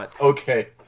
Okay